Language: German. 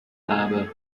habe